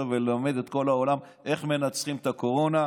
וללמד את כל העולם איך מנצחים את הקורונה.